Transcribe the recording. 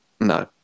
No